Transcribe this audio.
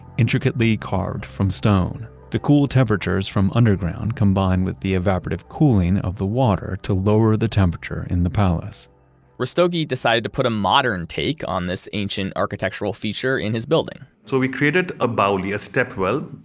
intricately carved from stone. the cool temperatures from underground combined with the evaporative cooling of the water to lower the temperature in the palace rastogi decided to put a modern take on this ancient architectural feature in his building so we created a baoli, a stepwell,